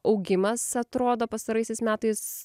augimas atrodo pastaraisiais metais